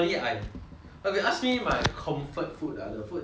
okay ask me my comfort food the food that I usually take